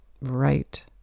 right